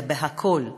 אלא בכול.